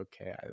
Okay